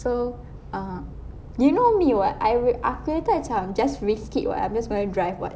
so err you know me [what] I'm uh kereta macam just risk it [what] I'm just going to drive [what]